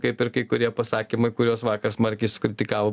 kaip ir kai kurie pasakymai kuriuos vakar smarkiai sukritikavo